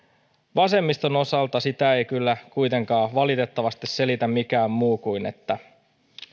vasemmiston osalta sitä ei kyllä kuitenkaan valitettavasti selitä mikään muu kuin se että